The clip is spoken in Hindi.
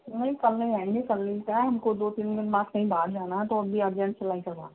नहीं कल नहीं आएँगे कल नहीं क्या है हमको दो तीन दिन बाद कहीं बाहर जाना है तो अभी अरजेन्ट सिलाई करवाना है